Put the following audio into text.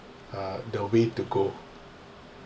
uh the way to go